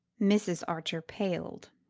mrs. archer paled.